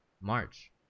March